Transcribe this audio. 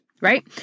right